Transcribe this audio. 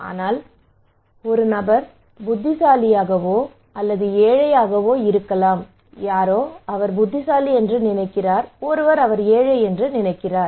ஆனால் ஒரு நபர் புத்திசாலியாகவோ அல்லது ஏழையாகவோ இருக்கலாம் யாரோ அவர் புத்திசாலி என்று நினைக்கிறார் யாரோ அவர் ஏழை என்று நினைக்கிறார்